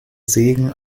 segen